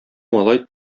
малай